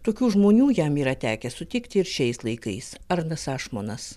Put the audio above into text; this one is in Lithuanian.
tokių žmonių jam yra tekę sutikti ir šiais laikais arnas ašmonas